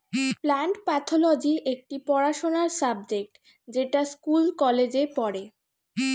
plant pathology একটি পড়াশোনার subject যেটা স্কুল কলেজে পড়ে